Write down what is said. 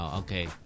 okay